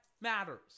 matters